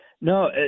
No